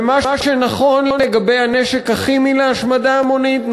ומה שנכון לגבי הנשק הכימי להשמדה המונית,